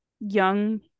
young